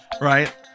Right